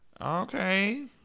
Okay